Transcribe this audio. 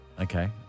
Okay